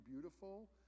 beautiful